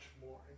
more